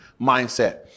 mindset